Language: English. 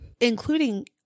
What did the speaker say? including